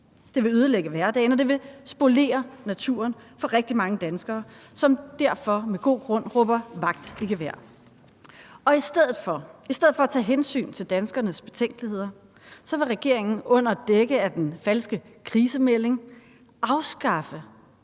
det vil ødelægge hverdagen, og det vil spolere naturen for rigtig mange danskere, som derfor med god grund råber vagt i gevær. I stedet for at tage hensyn til danskernes betænkeligheder vil regeringen under dække af den falske krisemelding afskaffe